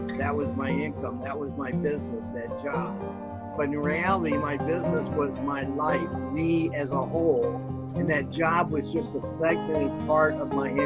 that was my income, that was my business, that job. but, in reality, my business was my life, me as a whole, and that job was just a like secondary part of my income.